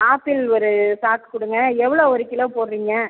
apple ஒரு சாக்கு கொடுங்க எவ்வளோ ஒரு கிலோ போடுறீங்க